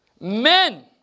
men